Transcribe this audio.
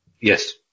Yes